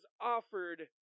offered